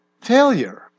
failure